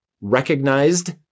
recognized